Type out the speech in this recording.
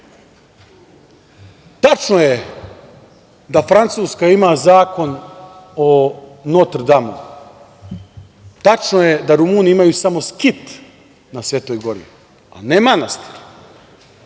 je da Francuska ima Zakon o Notr Damu. Tačno je da Rumuni imaju samo skit na Svetoj Gori, ne manastir,